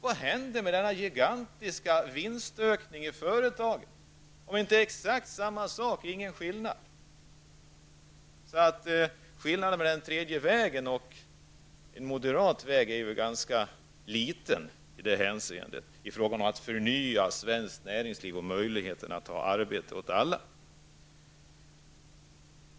Vad hände med den gigantiska vinstökningen inom företagen, om inte exakt samma sak, dvs. det blev ingen skillnad. Skillnaden mellan den tredje vägen och en moderat väg är alltså ganska liten i fråga om metoderna att förnya svenskt näringsliv och möjligheterna att ge arbete åt alla.